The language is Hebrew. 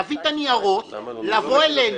להביא את הניירות ולבוא אלינו.